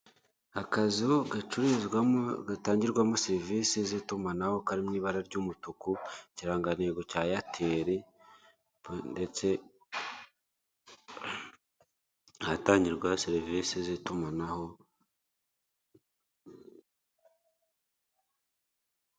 Akazu gacururizwamo gatangirwamo serivise z'itumanaho kari mu ibara ry'umutuku ikirangantego cya eyeteri ndetse ahatangirwa serivise z'itumanaho.